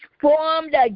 formed